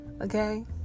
Okay